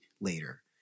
later